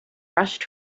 rushed